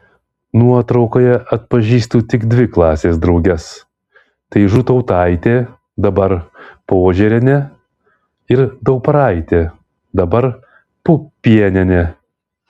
nuotraukoje atpažįstu tik dvi klasės drauges tai žūtautaitė dabar požėrienė ir dauparaitė dabar pupienienė